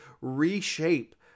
reshape